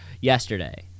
yesterday